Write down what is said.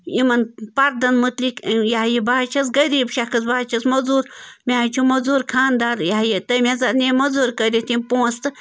یِمن پَردَن متعلق یہِ ہَہ یہِ بہٕ حظ چھَس غریٖب شخص بہٕ حظ چھَس مٔزوٗر مےٚ حظ چھُ مٔزوٗر خاندار یہِ ہَہ یہِ تٔمۍ حظ اَنے مٔزوٗر کٔرِتھ یِم پونٛسہٕ تہٕ